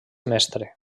mestre